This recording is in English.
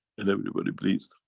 and everybody believes